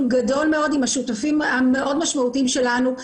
גדול מאוד עם השותפים המאוד משמעותיים שלנו,